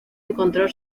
encontrar